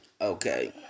Okay